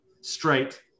straight